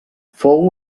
fou